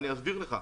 אני אסביר לך.